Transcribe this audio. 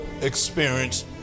experience